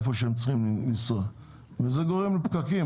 שהם צריכים לנסוע וזה גורם לפקקים.